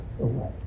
away